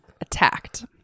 attacked